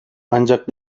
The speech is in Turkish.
ancak